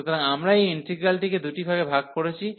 সুতরাং আমরা এই ইন্টিগ্রালটিকে দুটি ভাগে ভাগ করেছি